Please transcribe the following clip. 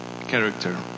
character